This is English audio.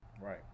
Right